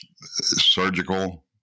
surgical